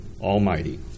Almighty